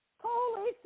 Holy